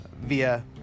via